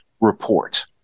report